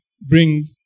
bring